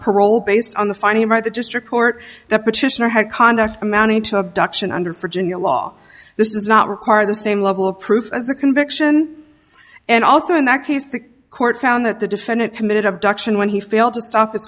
parole based on the finding right the district court the petitioner had conduct amounted to abduction under for ginia law this is not require the same level of proof as a conviction and also in that case the court found that the defendant committed abduction when he failed to stop